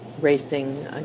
racing